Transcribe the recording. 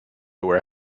were